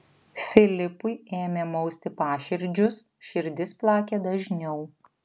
filipui ėmė mausti paširdžius širdis plakė dažniau